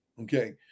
okay